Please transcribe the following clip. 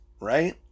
Right